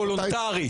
וולונטרית.